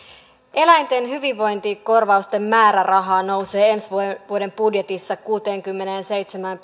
eläinten hyvinvointikorvausten määräraha nousee ensi vuoden vuoden budjetissa kuuteenkymmeneenseitsemään